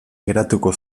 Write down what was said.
geratuko